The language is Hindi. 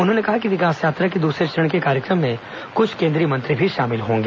उन्होंने कहा कि विकास यात्रा के दूसरे चरण के कार्यक्रम में कुछ केन्द्रीय मंत्री भी शामिल होंगे